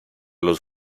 los